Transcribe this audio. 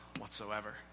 whatsoever